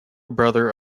brother